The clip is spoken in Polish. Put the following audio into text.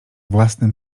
własnym